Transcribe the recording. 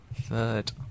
Third